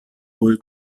wohl